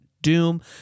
doom